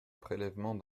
prélèvements